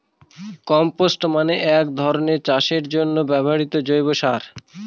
compost মানে এক রকমের চাষের জন্য ব্যবহৃত জৈব সার